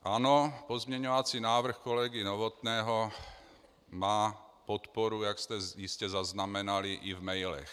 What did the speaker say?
Ano, pozměňovací návrh kolegy Novotného má podporu, jak jste jistě zaznamenali, i v mailech.